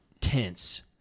tense